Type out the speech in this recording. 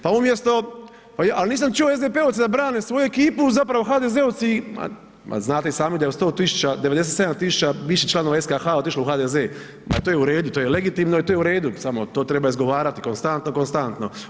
Pa umjesto, al nisam čuo SDP-ovce da brane svoju ekipu zapravo HDZ-ovci, ma znate i sami da je od 100.000 97.000 bivših članova SKH otišlo u HDZ, ma to je u redu, to je legitimno i to je u redu samo to treba izgovarati konstantno, konstantno.